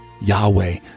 Yahweh